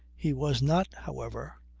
he was not, however,